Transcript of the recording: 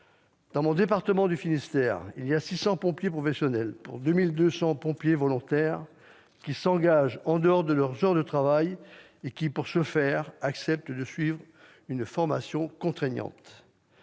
Dans mon département du Finistère, il y a 600 pompiers professionnels pour 2 200 pompiers volontaires qui s'engagent en dehors de leurs heures de travail et qui, pour ce faire, acceptent de suivre une formation contraignante.